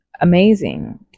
amazing